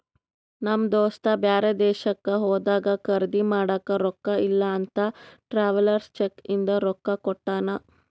ನಮ್ ದೋಸ್ತ ಬ್ಯಾರೆ ದೇಶಕ್ಕ ಹೋದಾಗ ಖರ್ದಿ ಮಾಡಾಕ ರೊಕ್ಕಾ ಇಲ್ಲ ಅಂತ ಟ್ರಾವೆಲರ್ಸ್ ಚೆಕ್ ಇಂದ ರೊಕ್ಕಾ ಕೊಟ್ಟಾನ